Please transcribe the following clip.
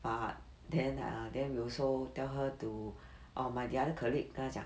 but then ah then we also tell her to orh my the other colleague 跟她讲